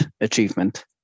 achievement